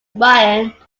ryan